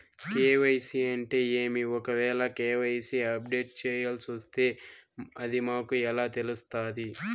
KYC అంటే ఏమి? ఒకవేల కె.వై.సి అప్డేట్ చేయాల్సొస్తే అది మాకు ఎలా తెలుస్తాది?